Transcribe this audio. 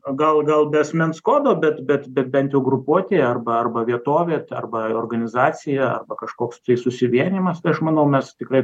gal gal be asmens kodo bet bet bet bent jau grupuotė arba arba vietovė arba ir organizacija arba kažkoks tai susivienijimas tai aš manau mes tikrai